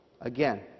again